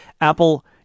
apple